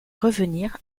revenir